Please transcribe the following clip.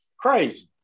Crazy